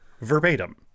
verbatim